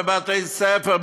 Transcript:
בבתי-ספר,